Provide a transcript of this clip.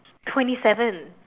twenty seven